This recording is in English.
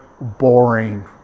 boring